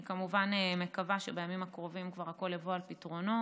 אני כמובן מקווה שבימים הקרובים כבר הכול יבוא על פתרונו